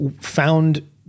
found